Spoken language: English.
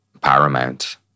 paramount